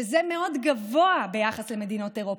שזה מאוד גבוה ביחס למדינות אירופה.